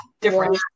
different